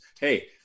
hey